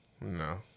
No